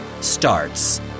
starts